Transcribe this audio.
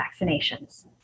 vaccinations